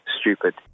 stupid